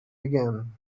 began